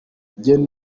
gen